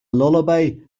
lullaby